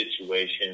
situation